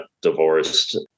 divorced